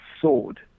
sword